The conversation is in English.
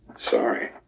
Sorry